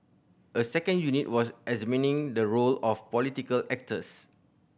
a second unit was examining the role of political actors